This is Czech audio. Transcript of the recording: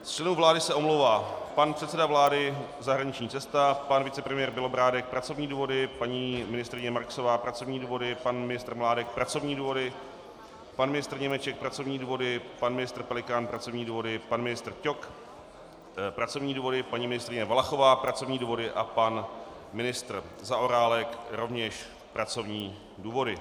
Z členů vlády se omlouvá pan předseda vlády zahraniční cesta, pan vicepremiér Bělobrádek pracovní důvody, paní ministryně Marksová pracovní důvody, pan ministr Mládek pracovní důvody, pan ministr Němeček pracovní důvody, pan ministr Pelikán pracovní důvody, pan ministr Ťok pracovní důvody, paní ministryně Valachová pracovní důvody a pan ministr Zaorálek rovněž pracovní důvody.